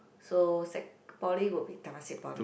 so sec poly will be Temasek Poly